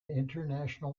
international